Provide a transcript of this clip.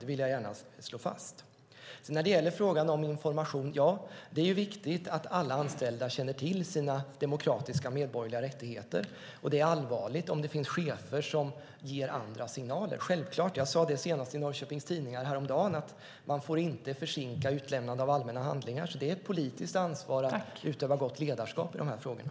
Det vill jag gärna slå fast. När det gäller frågan om information vill jag säga att det är viktigt att alla anställda känner till sina demokratiska, medborgerliga rättigheter. Det är allvarligt om det finns chefer som ger andra signaler. Jag sade det senast i Norrköpings Tidningar häromdagen: Man får inte försinka utlämnandet av allmänna handlingar. Det är ett politiskt ansvar att utöva gott ledarskap i de här frågorna.